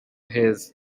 heza